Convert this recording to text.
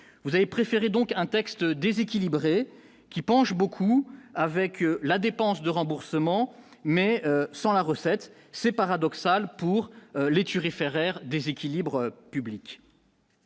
vous avez préféré donc un texte déséquilibré qui penche beaucoup avec la dépense de remboursement, mais sans la recette, c'est paradoxal pour les thuriféraires déséquilibres publics,